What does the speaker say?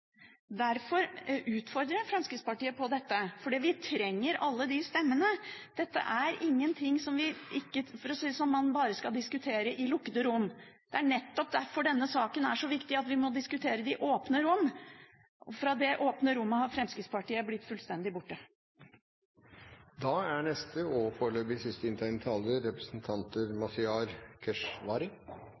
Derfor utfordrer jeg Fremskrittspartiet her, for vi trenger alle disse stemmene. Dette er ikke noe man – for å si det sånn – bare skal diskutere i lukkede rom. Denne saken er så viktig at vi nettopp må diskutere den i åpne rom. Fra det åpne rommet har Fremskrittspartiet blitt fullstendig borte.